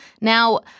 Now